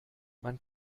man